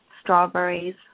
strawberries